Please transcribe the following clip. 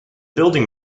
building